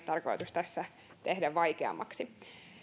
tarkoitus tässä tehdä vaikeammaksi